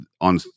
On